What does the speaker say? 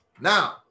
Now